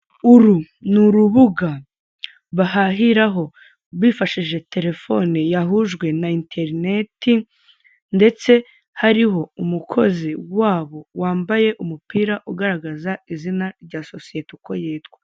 Uru ni urubuga bahahiraho bifashishije telefoni yahujwe na interineti, ndetse hariho umukozi wabo wambaye umupira ugaragaza izina rya sosiyete uko yitwa.